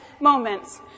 moments